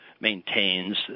maintains